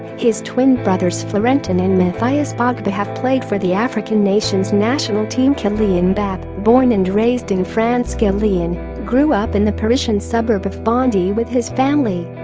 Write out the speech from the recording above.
his twin brothers florentin and mathias pogba have played for the african nation's national teamkylian mbappe born and raised in francekylian grew up in the parisian suburb of bondy with his family